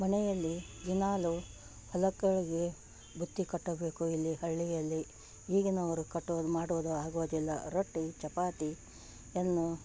ಮನೆಯಲ್ಲಿ ದಿನಾಲೂ ಹೊಲಕ್ಕೆ ಬುತ್ತಿ ಕಟ್ಟಬೇಕು ಇಲ್ಲಿ ಹಳ್ಳಿಯಲ್ಲಿ ಈಗಿನವರು ಕಟ್ಟುವುದು ಮಾಡುವುದು ಆಗೋದಿಲ್ಲ ರೊಟ್ಟಿ ಚಪಾತಿ ಯನ್ನು